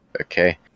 okay